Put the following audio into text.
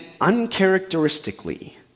uncharacteristically